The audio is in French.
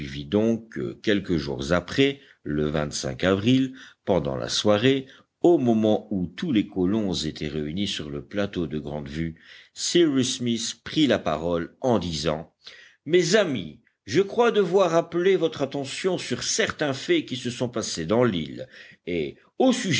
donc que quelques jours après le avril pendant la soirée au moment où tous les colons étaient réunis sur le plateau de grande vue cyrus smith prit la parole en disant mes amis je crois devoir appeler votre attention sur certains faits qui se sont passés dans l'île et